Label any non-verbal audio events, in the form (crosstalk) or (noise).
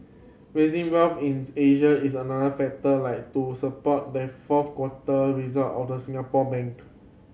rising wealth in (unintelligible) Asia is another factor like to support the fourth quarter result of the Singapore bank